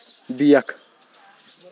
بیکھ